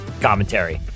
commentary